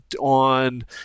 on